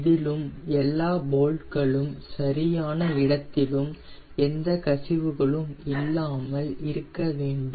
இதிலும் எல்லா போல்ட் களும் சரியான இடத்திலும் எந்த கசிவுகளும் இல்லாமல் இருக்க வேண்டும்